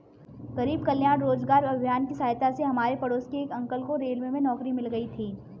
गरीब कल्याण रोजगार अभियान की सहायता से हमारे पड़ोस के एक अंकल को रेलवे में नौकरी मिल गई थी